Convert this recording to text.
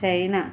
China